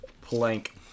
Plank